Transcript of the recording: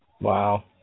Wow